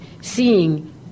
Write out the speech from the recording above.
seeing